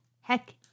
Heck